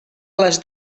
les